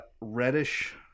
reddish